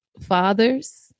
fathers